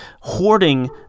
hoarding